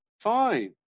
fine